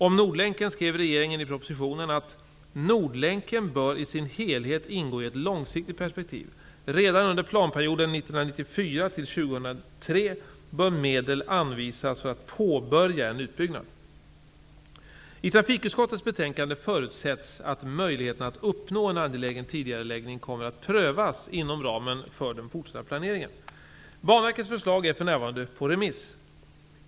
Om Nordlänken skrev regeringen i propositionen att ''Nordlänken bör i sin helhet ingå i ett långsiktigt perspektiv. Redan under planperioden 1994--2003 bör medel anvisas för att påbörja en utbyggnad''. I trafikutskottets betänkande förutsätts att möjligheten att uppnå en angelägen tidigareläggning kommer att prövas inom ramen för den fortsatta planeringen. Banverkets planförslag är för närvarande på remiss.